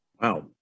wow